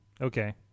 Okay